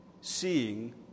seeing